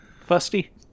Fusty